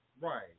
Right